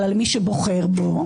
אלא למי שבוחר בו,